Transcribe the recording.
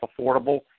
affordable